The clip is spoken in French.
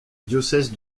diocèse